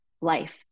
life